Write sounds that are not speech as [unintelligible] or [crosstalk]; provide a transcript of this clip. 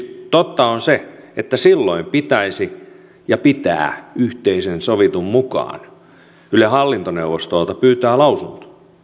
[unintelligible] totta on se että silloin pitää yhteisesti sovitun mukaan ylen hallintoneuvostolta pyytää lausunto